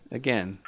again